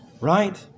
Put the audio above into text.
Right